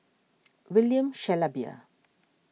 William Shellabear